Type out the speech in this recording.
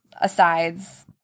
asides